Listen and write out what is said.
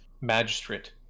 Magistrate